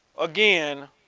again